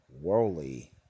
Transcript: worldly